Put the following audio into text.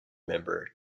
member